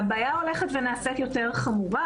הבעיה הולכת ונעשית יותר חמורה,